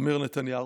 אומר נתניהו,